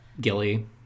Gilly